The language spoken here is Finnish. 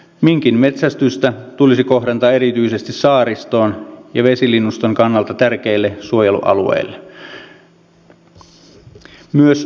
minkin metsästystä tulisi kohdentaa erityisesti saaristoon ja vesilinnuston kannalta tärkeille suojelualueille myös luonnonsuojelualueille